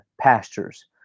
pastures